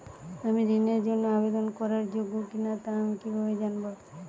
আমি ঋণের জন্য আবেদন করার যোগ্য কিনা তা আমি কীভাবে জানব?